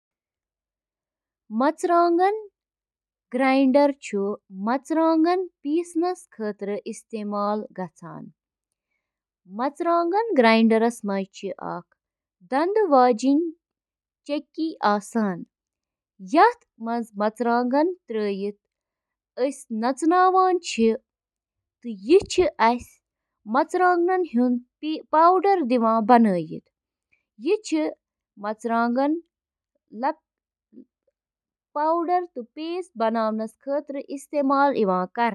Dish washer چھِ اکھ یِژھ مِشیٖن یۄسہٕ ڈِشوار، کُک ویئر تہٕ کٹلری پٲنۍ پانے صاف کرنہٕ خٲطرٕ استعمال چھِ یِوان کرنہٕ۔ ڈش واشرٕچ بنیٲدی کٲم چھِ برتن، برتن، شیشہِ ہٕنٛدۍ سامان تہٕ کُک ویئر صاف کرٕنۍ۔